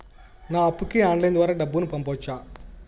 నా అప్పుకి ఆన్లైన్ ద్వారా డబ్బును పంపొచ్చా